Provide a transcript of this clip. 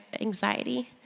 anxiety